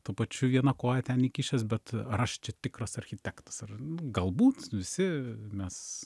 tuo pačiu vieną koją ten įkišęs bet ar aš čia tikras architektas ar galbūt visi mes